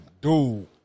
dude